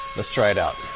let's try it out.